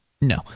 No